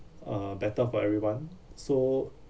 uh better for everyone so